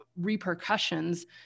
repercussions